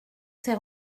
ces